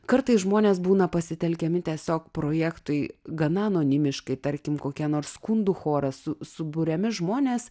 kartais žmonės būna pasitelkiami tiesiog projektui gana anonimiškai tarkim kokia nors skundų choras su suburiami žmonės